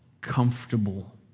comfortable